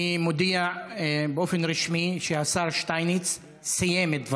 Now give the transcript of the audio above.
אני מודיע באופן רשמי שהשר שטייניץ סיים את דבריו.